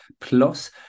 Plus